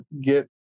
get